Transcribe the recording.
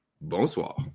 Bonsoir